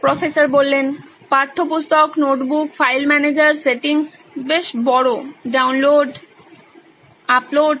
professor পাঠ্যপুস্তক notebook file manager settings বেশ বড় ডাউনলোড আপলোড